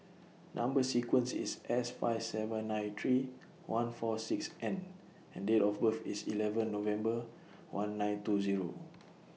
Number sequence IS S five seven nine three one four six N and Date of birth IS eleven November one nine two Zero